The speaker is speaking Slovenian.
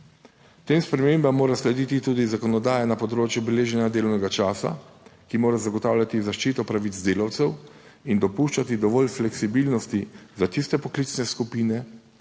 Tem spremembam mora slediti tudi zakonodaja na področju beleženja delovnega časa, ki mora zagotavljati zaščito pravic delavcev in dopuščati dovolj fleksibilnosti Za tiste poklicne skupine,